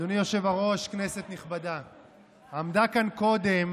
אדוני היושב-ראש, כנסת נכבדה, עמדה כאן קודם